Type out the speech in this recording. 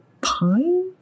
Pine